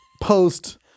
Post